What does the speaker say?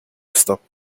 stopped